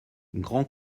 grand